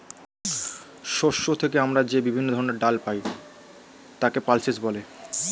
শস্য থেকে আমরা যে বিভিন্ন ধরনের ডাল পাই তাকে পালসেস বলে